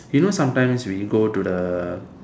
you know sometimes we go to the